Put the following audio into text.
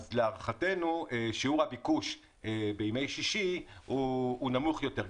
להערכתנו שיעור הביקוש בימי שישי הוא נמוך יותר.